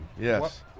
yes